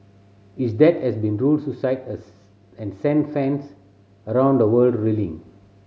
his death has been suicide and sent fans around the world reeling